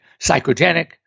psychogenic